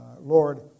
Lord